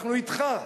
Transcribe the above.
אנחנו אתך,